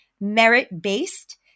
merit-based